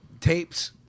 tapes